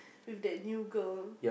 with that new girl